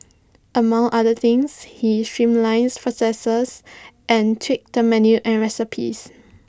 among other things he streamlined processes and tweaked the menu and recipes